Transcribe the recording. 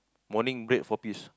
morning bread four piece